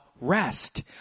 rest